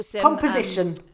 Composition